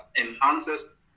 enhances